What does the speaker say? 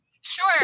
Sure